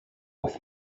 with